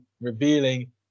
revealing